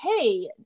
hey